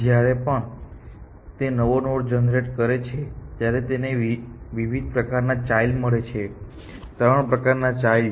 જ્યારે પણ તે નવો નોડ જનરેટ કરે છે ત્યારે તેને વિવિધ પ્રકારના ચાઈલ્ડ મળે છે ત્રણ પ્રકાર ના ચાઈલ્ડ